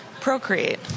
procreate